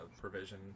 provision